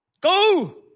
go